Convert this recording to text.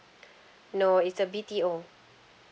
no it's the B_T_O